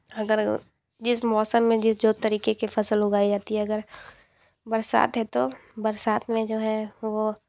अगर ये जिस मौसम में जिस जो तरीके की फसल उगाई जाती है अगर बरसात है तो बरसात में है जो है वो